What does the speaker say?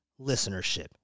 listenership